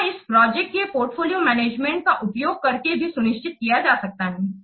यह इस प्रोजेक्ट के पोर्टफोलियो मैनेजमेंट का उपयोग करके भी सुनिश्चित किया जा सकता है